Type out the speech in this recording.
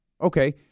Okay